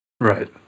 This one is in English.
Right